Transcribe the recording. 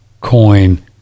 coin